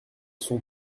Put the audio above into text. sont